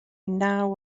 naw